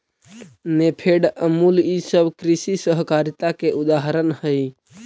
नेफेड, अमूल ई सब कृषि सहकारिता के उदाहरण हई